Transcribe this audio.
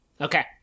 Okay